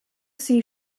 sea